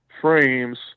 frames